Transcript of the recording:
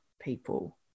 people